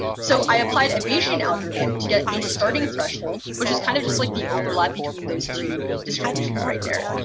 so i applied a bayesian algorithm to get a starting threshold, which is kind of just like the overlap between those two distributions right there.